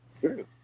True